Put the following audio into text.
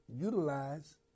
utilize